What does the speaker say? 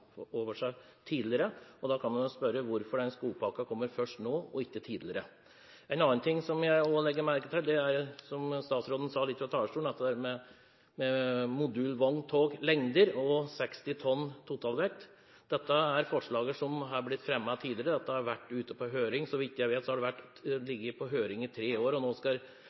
over seg tidligere. Man kan jo spørre hvorfor denne skogpakken kommer først nå, og ikke har kommet tidligere. En annen ting som jeg legger merke til, er – som statsråden sa litt om fra talerstolen – dette med modulvogntog, lengder og 60 tonn totalvekt. Det gjelder forslag som er blitt fremmet tidligere. Det har vært ute på høring. Så vidt jeg vet, har det vært på høring i tre år, og nå skal